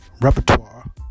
repertoire